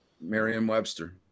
Merriam-Webster